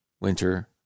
winter